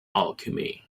alchemy